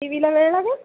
T वीला वेळ लागेल